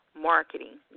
marketing